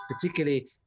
particularly